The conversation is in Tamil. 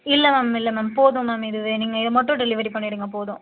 இல்லை மேம் இல்லை மேம் போதும் மேம் இதுவே நீங்கள் இதை மட்டும் டெலிவரி பண்ணிவிடுங்க போதும்